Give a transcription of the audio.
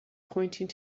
pointing